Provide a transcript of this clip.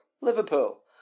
Liverpool